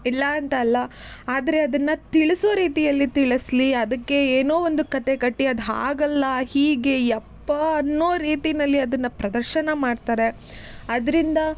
ಇಲ್ಲ ಅಂತ ಅಲ್ಲ ಆದರೆ ಅದನ್ನು ತಿಳಿಸೋ ರೀತಿಯಲ್ಲಿ ತಿಳಿಸಲಿ ಅದಕ್ಕೆ ಏನೋ ಒಂದು ಕತೆ ಕಟ್ಟಿ ಅದು ಹಾಗಲ್ಲ ಹೀಗೆ ಯಪ್ಪಾ ಅನ್ನೋ ರೀತಿಯಲ್ಲಿ ಅದನ್ನು ಪ್ರದರ್ಶನ ಮಾಡ್ತಾರೆ ಅದರಿಂದ